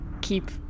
keep